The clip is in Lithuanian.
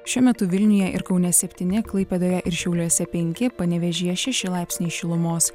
šiuo metu vilniuje ir kaune septyni klaipėdoje ir šiauliuose penki panevėžyje šeši laipsniai šilumos